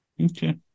Okay